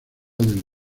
del